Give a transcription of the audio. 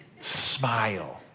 Smile